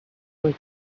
was